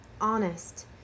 honest